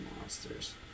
monsters